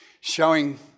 showing